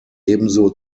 ebenso